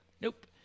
Nope